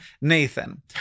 Nathan